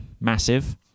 massive